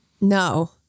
No